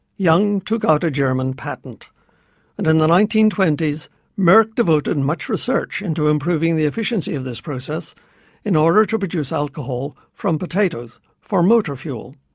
young took out a german patent and in the nineteen twenty s merck devoted much research into improving the efficiency of this process in order to produce alcohol from potatoes for motor fuel.